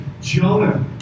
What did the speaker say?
Jonah